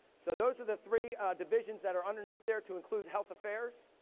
so, those are the three divisions that are underneath there, to include health affairs.